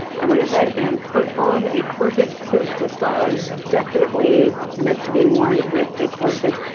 i went ahead and put on a corset since the style is definitely meant to be worn with a corset.